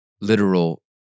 literal